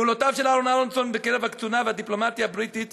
פעולותיו של אהרן אהרונסון בקרב הקצונה והדיפלומטיה הבריטיות